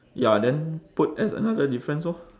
ya then put as another difference orh